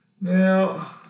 Now